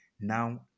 now